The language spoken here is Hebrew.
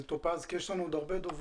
בקצרה כי יש לנו עוד דוברים.